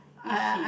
is she